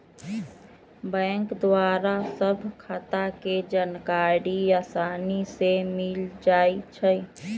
bank द्वारा सभ खता के जानकारी असानी से मिल जाइ छइ